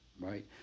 right